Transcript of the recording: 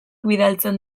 bidaltzen